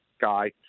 Guy